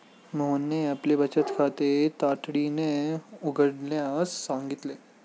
मोहनने आपले बचत खाते तातडीने उघडण्यास सांगितले